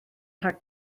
rhag